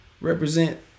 Represent